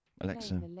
Alexa